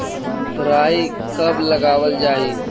राई कब लगावल जाई?